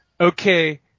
okay